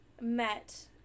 met